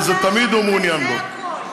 ותמיד הוא מעוניין בו.